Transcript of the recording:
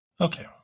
Okay